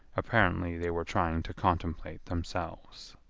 apparently they were trying to contemplate themselves.